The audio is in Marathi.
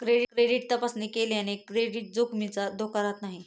क्रेडिट तपासणी केल्याने क्रेडिट जोखमीचा धोका राहत नाही